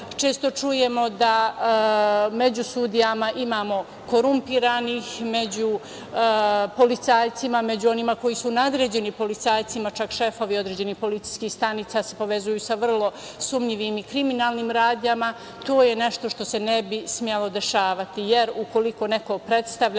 Često čujemo da među sudijama imamo korumpiranih, među policajcima, među onima koji su nadređeni policajcima. Čak šefovi određenih policijskih stanica se povezuju sa vrlo sumnjivim i kriminalnim radnjama. To je nešto što se ne bi smelo dešavati, jer ukoliko neko predstavlja